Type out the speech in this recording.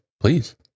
Please